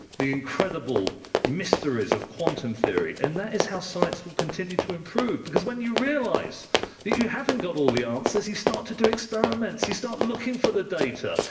the incredible mysteries of quantum theory, and that is how science will continue to improve because when you realize that you haven't got all the answers, you start to do experiments, you start looking for the data.